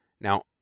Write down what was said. Now